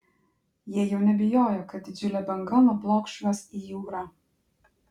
jie jau nebijojo kad didžiulė banga nublokš juos į jūrą